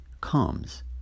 comes